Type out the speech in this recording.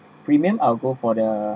premium I'll go for the